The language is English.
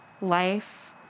life